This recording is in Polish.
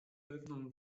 pewną